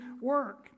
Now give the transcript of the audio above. work